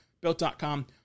Built.com